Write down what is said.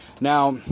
Now